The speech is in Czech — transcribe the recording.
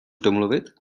domluvit